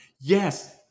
Yes